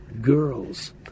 girls